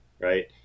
right